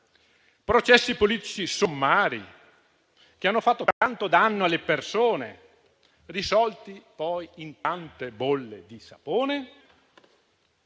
processi politici sommari, che hanno fatto tanto danno alle persone, risolti poi in tante bolle di sapone?